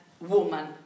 woman